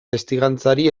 testigantzari